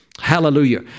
Hallelujah